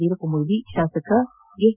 ವೀರಪ್ಪಮೊಯ್ಲಿ ಶಾಸಕ ಎಸ್